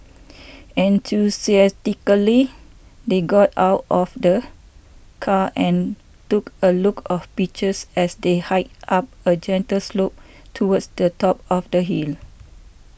enthusiastically they got out of the car and took a look of pictures as they hiked up a gentle slope towards the top of the hill